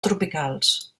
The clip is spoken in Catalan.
tropicals